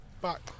back